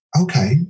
okay